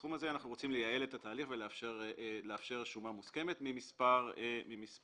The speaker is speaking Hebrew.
בסכום הזה אנחנו רוצים לייעל את התהליך ולאפשר שומה מוסכמת ממספר טעמים.